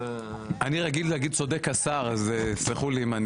אני רגיל להגיד צודק השר, אז סלחו לי.